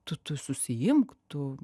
tu tu susiimk tu